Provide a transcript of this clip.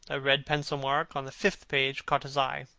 a red pencil-mark on the fifth page caught his eye.